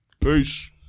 Peace